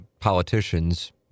politicians